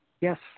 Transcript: yes